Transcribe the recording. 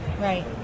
Right